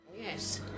Yes